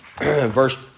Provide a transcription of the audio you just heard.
verse